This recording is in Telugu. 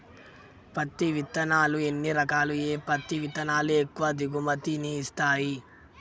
పత్తి విత్తనాలు ఎన్ని రకాలు, ఏ పత్తి విత్తనాలు ఎక్కువ దిగుమతి ని ఇస్తాయి?